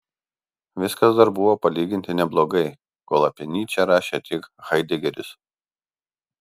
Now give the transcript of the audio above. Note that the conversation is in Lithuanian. viskas dar buvo palyginti neblogai kol apie nyčę rašė tik haidegeris